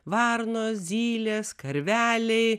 varnos zylės karveliai